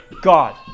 God